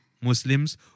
Muslims